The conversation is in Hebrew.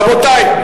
נתקבל.